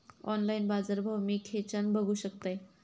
Online बाजारभाव मी खेच्यान बघू शकतय?